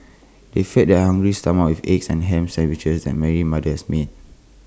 they fed their hungry stomachs with eggs and Ham Sandwiches that Mary's mother has made